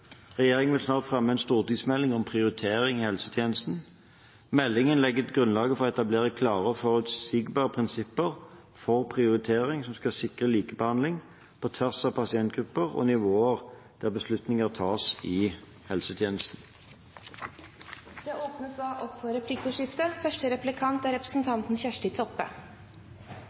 Regjeringen vil snart fremme en stortingsmelding om prioritering i helsetjenesten. Meldingen legger grunnlaget for å etablere klare og forutsigbare prinsipper for prioritering som skal sikre likebehandling på tvers av pasientgrupper og nivåer der beslutninger tas i